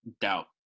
doubt